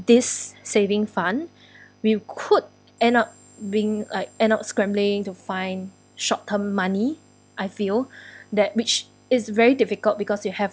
this saving fund we could end up being like end up scrambling to find short term money I feel that which is very difficult because you have